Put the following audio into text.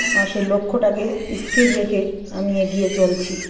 আমার সেই লক্ষ্যটাকে স্থির রেখে আমি এগিয়ে চলছি